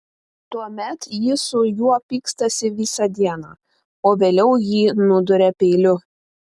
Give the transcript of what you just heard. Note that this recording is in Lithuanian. tuomet ji su juo pykstasi visą dieną o vėliau jį nuduria peiliu